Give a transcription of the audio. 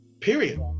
period